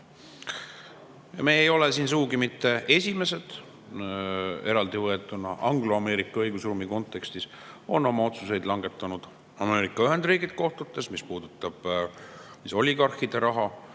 Me ei ole siin sugugi mitte esimesed, eraldivõetuna, angloameerika õigusruumi kontekstis on oma otsuseid kohtutes langetanud Ameerika Ühendriigid – mis puudutab oligarhide raha